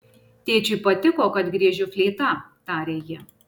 tėčiui patiko kad griežiu fleita tarė ji